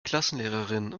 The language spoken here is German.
klassenlehrerin